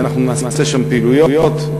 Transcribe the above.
אנחנו נעשה שם פעילויות,